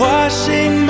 Washing